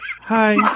Hi